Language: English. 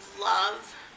love